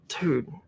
dude